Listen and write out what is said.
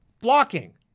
blocking